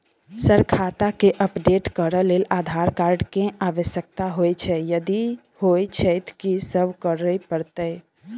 Sir खाता केँ update करऽ लेल आधार कार्ड केँ आवश्यकता होइ छैय यदि होइ छैथ की सब करैपरतैय?